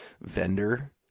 vendor